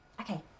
Okay